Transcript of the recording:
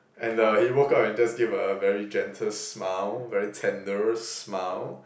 and the he woke up and just give a very gentle smile very tender smile